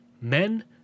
men